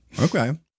Okay